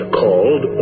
called